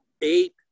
eight